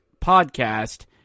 Podcast